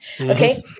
Okay